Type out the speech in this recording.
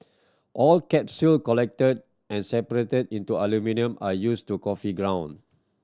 all capsule collected are separated into aluminium and used to coffee ground